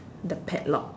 the padlock